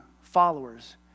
followers